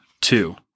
two